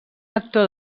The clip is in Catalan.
actor